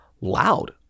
loud